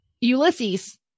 Ulysses